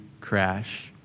crash